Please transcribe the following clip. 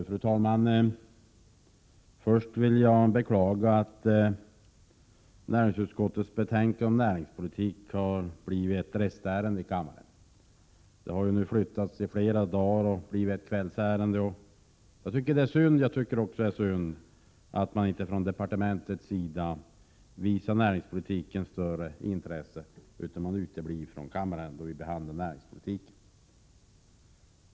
Fru talman! Först vill jag beklaga att näringsutskottets betänkande om näringspolitik tycks ha blivit ett restärende i kammaren. Det har flyttats i flera dagar och blivit ett kvällsärende. Jag tycker att detta är synd, och jag tycker också att det är synd att man från departementets sida inte visar näringspolitiken större intresse än att man kan utebli från kammarens behandling av näringspolitiken!